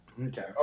Okay